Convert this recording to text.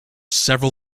several